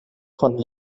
von